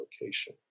location